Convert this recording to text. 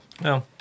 No